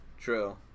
True